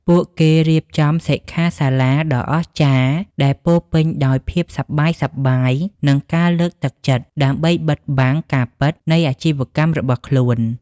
ពួកគេរៀបចំសិក្ខាសាលាដ៏អស្ចារ្យដែលពោរពេញដោយភាពសប្បាយៗ និងការលើកទឹកចិត្ត ដើម្បីបិទបាំងការពិតនៃអាជីវកម្មរបស់ខ្លួន។